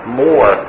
more